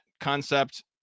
concept